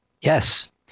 Yes